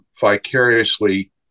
vicariously